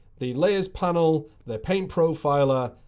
the layers panel, the paint profiler,